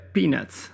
Peanuts